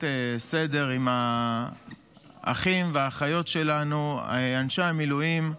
לעשות סדר עם האחים והאחיות שלנו, אנשי המילואים.